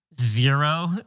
Zero